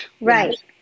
Right